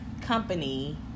company